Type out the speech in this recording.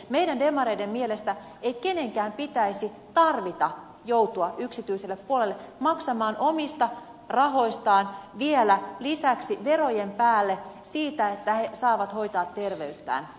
meidän demareiden mielestä ei kenenkään pitäisi joutua yksityiselle puolelle maksamaan omista rahoistaan vielä lisäksi verojen päälle siitä että saa hoitaa terveyttään